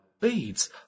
beads